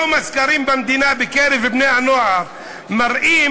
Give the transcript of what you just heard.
היום הסקרים במדינה בקרב בני-הנוער מראים